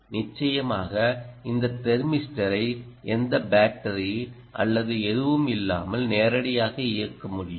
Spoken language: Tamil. நிச்சயமாக இந்த தெர்மிஸ்டரை எந்த பேட்டரி அல்லது எதுவும் இல்லாமல் நேரடியாக இயக்க முடியும்